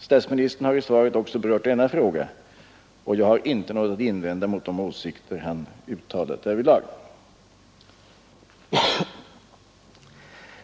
Statsministern har i svaret också berört denna fråga, och jag har inte något att invända mot de åsikter han uttalat därvidlag.